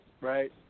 right